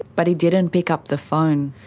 but he didn't pick up the phone.